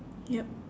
yup